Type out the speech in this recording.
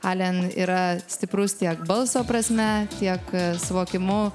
alen yra stiprus tiek balso prasme tiek suvokimu